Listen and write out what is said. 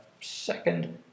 second